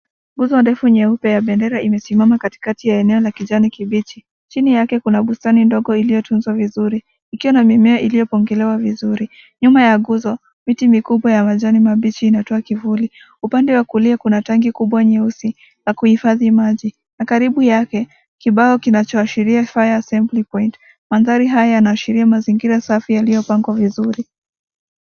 Nguzo ndefu nyeupe ya bendera imesimama katikati ya eneo la kijani kibichi. Chini yake kuna bustani ndogo iliyotunzwa vizuri ikiwa na mimea iliyopongelewa vizuri. Nyuma ya nguzo miti mikubwa ya majani mabichi inatoa kivuli. Upande wa kulia kuna tangi kubwa nyeusi ya kuhifadhi maji. Na karibu yake kibao kinachoashiria Fire Assembly Point . Mandhari haya yanaashiria mazingira safi yaliyopangwa vizuri.